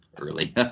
early